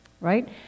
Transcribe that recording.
right